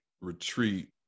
retreat